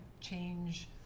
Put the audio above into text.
change